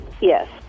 Yes